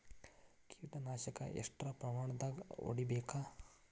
ಕೇಟ ನಾಶಕ ಎಷ್ಟ ಪ್ರಮಾಣದಾಗ್ ಹೊಡಿಬೇಕ?